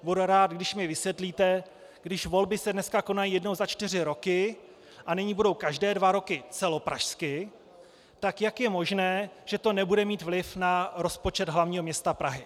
Budu rád, když mi vysvětlíte, když volby se dnes konají jednou za čtyři roky a nyní budou každé dva roky celopražsky, tak jak je možné, že to nebude mít vliv na rozpočet hl. m. Prahy.